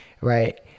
right